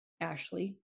Ashley